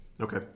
Okay